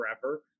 forever